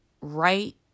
right